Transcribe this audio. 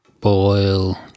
Boil